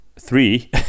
three